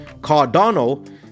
cardano